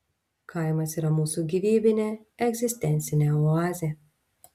kaimas yra mūsų gyvybinė egzistencinė oazė